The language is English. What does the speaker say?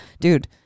dude